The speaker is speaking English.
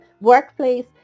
workplace